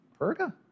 Perga